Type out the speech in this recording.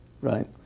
Right